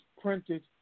printed